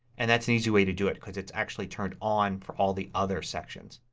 and that's an easy way to do it because it's actually turned on for all the other sections.